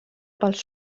pels